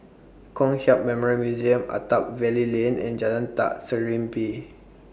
Kong Hiap Memorial Museum Attap Valley Lane and Jalan Ta Serimpi